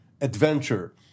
adventure